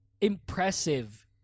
impressive